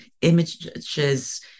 images